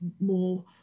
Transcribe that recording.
more